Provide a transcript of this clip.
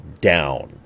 down